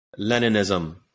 Leninism